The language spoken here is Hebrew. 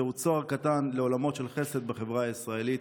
זהו צוהר קטן לעולמות של חסד בחברה הישראלית.